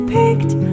picked